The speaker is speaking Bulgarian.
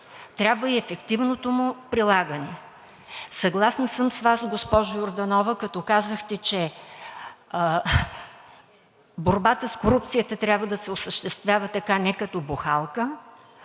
трябва и ефективното му прилагане. Съгласна съм с Вас, госпожо Йорданова, като казахте, че борбата с корупцията трябва да се осъществява не като бухалка,